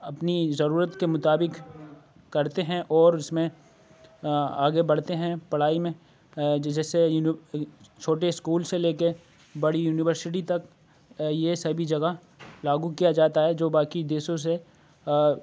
اپنی ضرورت کے مطابق کرتے ہیں اور اس میں آگے بڑھتے ہیں پڑھائی میں جیسے چھوٹے اسکول سے لے کے بڑی یونیورسٹی تک یہ سبھی جگہ لاگو کیا جاتا ہے جو باقی دیشوں سے